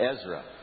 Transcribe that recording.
Ezra